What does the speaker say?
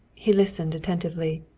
he listened attentively.